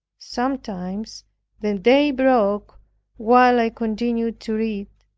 sometimes the day broke while i continued to read,